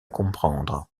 comprendre